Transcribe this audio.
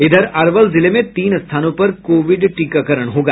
इधर अरवल जिले में तीन स्थानों पर कोविड टीकाकरण होगा